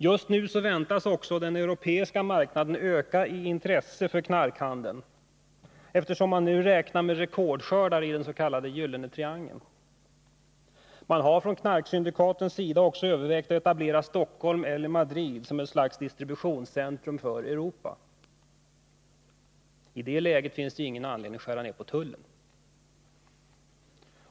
Just nu väntas också den europeiska marknaden öka i intresse för knarkhandeln, eftersom den nu räknar med rekordskördar i den s.k. Gyllene triangeln. Knarksyndikaten har också övervägt att etablera Stockholm eller Madrid som ett slags distributionscentrum för Europa. I det läget finns det ingen anledning att skära ner anslaget till tullen.